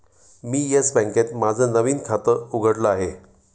मी Yes बँकेत माझं नवीन खातं उघडलं आहे